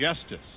justice